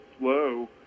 slow